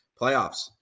playoffs